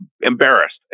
Embarrassed